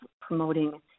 promoting